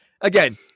again